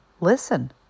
listen